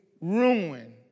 ruin